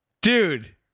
dude